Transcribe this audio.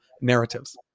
narratives